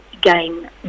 gain